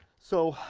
so,